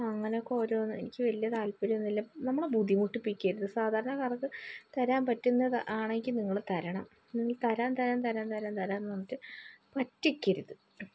അങ്ങനെ ഒക്കെ ഓരോന്ന് എനിക്ക് വലിയ താത്പര്യമൊന്നും ഇല്ല നമ്മളെ ബുദ്ധിമുട്ടിപ്പിക്കരുത് സാധാരണക്കാര്ക്ക് തരാന് പറ്റുന്നതാണെങ്കില് നിങ്ങള് തരണം തരാം തരാം തരാം തരാം തരാന്ന് പറഞ്ഞിട്ട് പറ്റിക്കരുത്